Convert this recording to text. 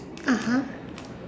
(uh huh)